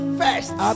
first